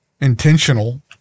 intentional